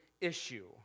issue